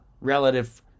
relative